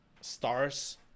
stars